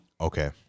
okay